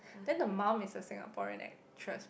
then the mum is a Singaporean actress mah